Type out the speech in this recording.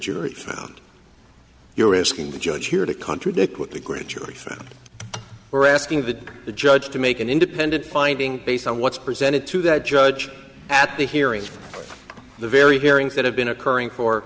jury found you're asking the judge here to contradict what the grand jury said we're asking that the judge to make an independent finding based on what's presented to the judge at the hearings from the very hearings that have been occurring for